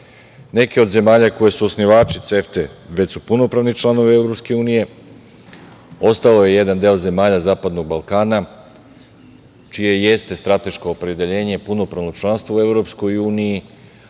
od zemalja koje su osnivači CEFTA već su punopravni članovi Evropske unije, ostao je jedan deo zemalja Zapadnog Balkana čije jeste strateško opredeljenje punopravno članstvo u